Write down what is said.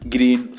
Green